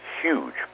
huge